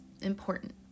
important